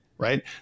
Right